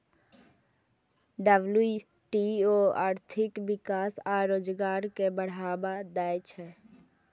WTO आर्थिक विकास आ रोजगार कें बढ़ावा दै छै